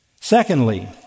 Secondly